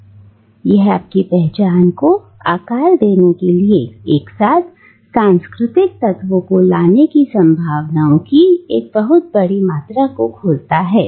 और यह आपकी पहचान को आकार देने के लिए एक साथ सांस्कृतिक तत्वों को लाने की संभावनाओं की एक बहुत बड़ी मात्रा को खोलता है